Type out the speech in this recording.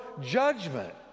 judgment